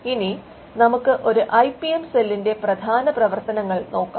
ഇനി നമുക്ക് ഒരു ഐപിഎം സെല്ലിന്റെ പ്രധാന പ്രവർത്തനങ്ങൾ നോക്കാം